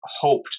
hoped